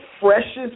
freshest